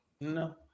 No